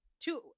Two